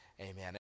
Amen